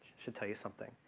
should tell you something.